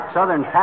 Southern